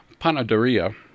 panaderia